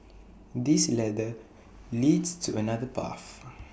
this ladder leads to another path